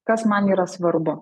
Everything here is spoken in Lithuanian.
kas man yra svarbu